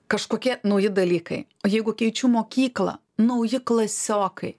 kažkokie nauji dalykai jeigu keičiu mokyklą nauji klasiokai